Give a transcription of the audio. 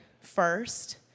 first